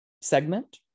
segment